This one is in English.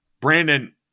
Brandon